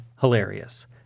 hilarious